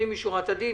לפנים משורת הדין,